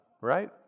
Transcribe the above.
right